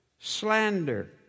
slander